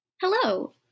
Hello